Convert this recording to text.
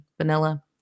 vanilla